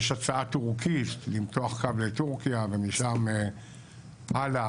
יש הצעה למתוח קו לטורקיה ומשם הלאה.